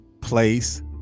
place